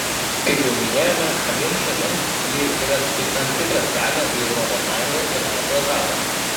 kaip jau minėjome abiem šalims ji yra tik tam tikras kelio į europos sąjungą ir nato etapas